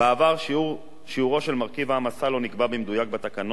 שיעורו של מרכיב ההעמסה לא נקבע במדויק בתקנות אלא רק